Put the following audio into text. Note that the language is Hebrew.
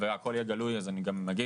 והכל יהיה גלוי אז אני גם אגיד,